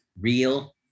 real